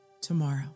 tomorrow